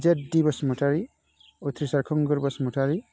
जेद दि बसुमतारि उथ्रिसार खुंगुर बसुमतारि